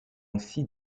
ainsi